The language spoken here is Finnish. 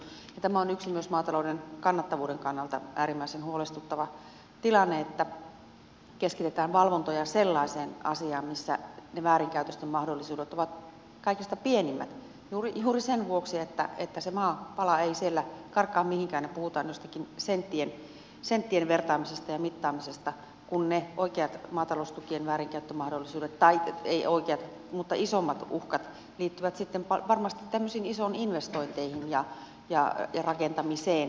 tämä on myös yksi maatalouden kannattavuuden kannalta äärimmäisen huolestuttava tilanne että keskitetään valvontoja sellaiseen asiaan missä väärinkäytösten mahdollisuudet ovat kaikista pienimmät juuri sen vuoksi että se maapala ei siellä karkaa mihinkään ja puhutaan joistakin senttien vertaamisesta ja mittaamisesta kun ne oikeat maataloustukien väärinkäyttömahdollisuudet tai ei oikeat mutta isommat uhkat liittyvät varmasti isoihin investointeihin ja rakentamisen